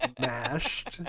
mashed